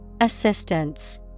Assistance